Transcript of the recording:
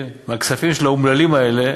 מהכספים של האומללים האלה